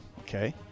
Okay